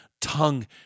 tongue